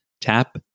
tap